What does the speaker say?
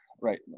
right